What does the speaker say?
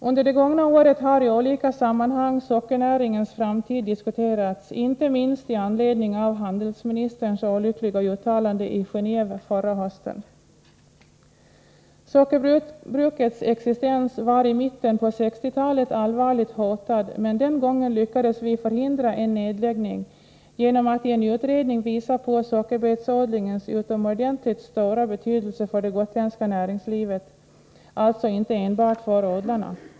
Under det gångna året har i olika sammanhang sockernäringens framtid diskuterats, inte minst i anledning av handelsministerns olyckliga uttalande i Gen&dve förra hösten. Sockerbrukets existens var i mitten av 1960-talet allvarligt hotad, men den gången lyckades vi förhindra en nedläggning genom att vi i en utredning kunde visa på sockerbetsodlingens utomordentligt stora betydelse för det gotländska näringslivet, alltså inte enbart för odlarna.